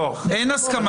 אין הסכמה,